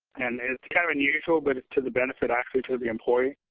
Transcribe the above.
and it's kind of unusual but it's to the benefit actually to the employee.